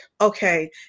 okay